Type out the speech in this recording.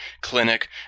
clinic